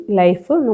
life